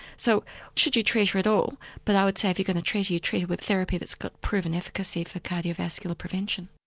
so should you treat her at all? but i would say if you're going to treat her you treat her with therapy that's got proven efficacy for cardio vascular prevention.